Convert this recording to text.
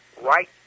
right